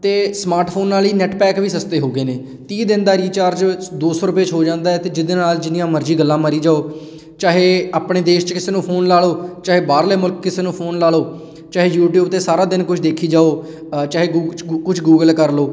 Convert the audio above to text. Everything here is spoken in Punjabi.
ਅਤੇ ਸਮਾਰਟ ਫੋਨ ਨਾਲ ਹੀ ਨੈੱਟ ਪੈਕ ਵੀ ਸਸਤੇ ਹੋ ਗਏ ਨੇ ਤੀਹ ਦਿਨ ਦਾ ਰੀਚਾਰਜ ਦੋ ਸੌ ਰੁਪਏ 'ਚ ਹੋ ਜਾਂਦਾ ਹੈ ਤੇਅ ਜਿਹਦੇ ਨਾਲ ਜਿੰਨੀਆਂ ਮਰਜ਼ੀ ਗੱਲਾਂ ਮਾਰੀ ਜਾਓ ਚਾਹੇ ਆਪਣੇ ਦੇਸ਼ 'ਚ ਕਿਸੇ ਨੂੰ ਫੋਨ ਲਾ ਲਉ ਚਾਹੇ ਬਾਹਰਲੇ ਮੁਲਕ ਕਿਸੇ ਨੂੰ ਫੋਨ ਲਾ ਲਉ ਚਾਹੇ ਯੂਟੀਊਬ 'ਤੇ ਸਾਰਾ ਦਿਨ ਕੁਝ ਦੇਖੀ ਜਾਓ ਚਾਹੇ ਗੂ ਕੁਛ ਗੂਗਲ ਕਰ ਲਉ